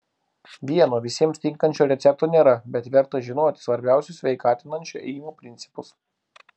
vieno visiems tinkančio recepto nėra bet verta žinoti svarbiausius sveikatinančio ėjimo principus